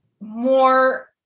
more